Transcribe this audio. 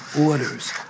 orders